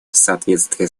соответствии